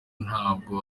ntabwo